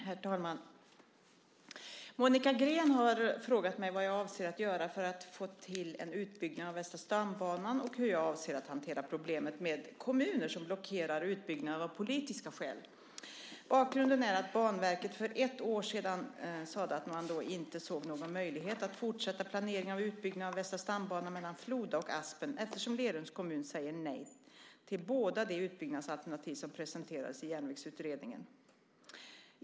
Herr talman! Monica Green har frågat mig vad jag avser att göra för att få till en utbyggnad av Västra stambanan och hur jag avser att hantera problemet med kommuner som blockerar utbyggnaden av politiska skäl. Bakgrunden är att Banverket för ett år sedan sade att man då inte såg någon möjlighet att fortsätta planeringen av utbyggnaden av Västra stambanan mellan Floda och Aspen eftersom Lerums kommun säger nej till båda de utbyggnadsalternativ som presenterades i järnvägsutredningen.